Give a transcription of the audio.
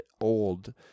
old